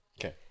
Okay